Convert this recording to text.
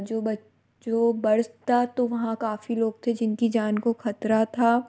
जो बच जो बरसता तो वहाँ काफ़ी लोग थे जिनकी जान को ख़तरा था